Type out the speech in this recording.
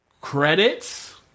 Credits